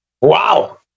Wow